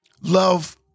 love